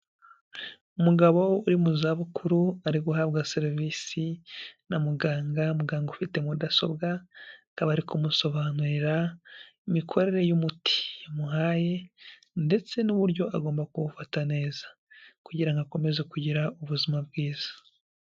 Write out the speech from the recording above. Umugabo uri mu zabukuru ari guhabwa serivisi na muganga, muganga ufite mudasobwa akaba ari kumusobanurira imikorere y'umuti yamuhaye ndetse n'uburyo agomba kuwufata neza kugira akomeze kugira ubuzima bwiza.